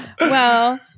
Well-